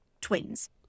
twins